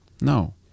No